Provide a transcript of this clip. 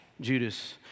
Judas